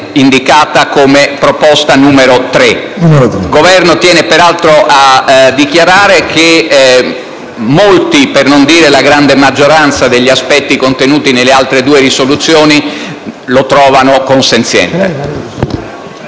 indicata come proposta n. 3. Il Governo tiene peraltro a dichiarare che molti, per non dire la grande maggioranza, degli aspetti contenuti nelle altre due proposte di risoluzione lo trovano consenziente.